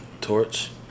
torch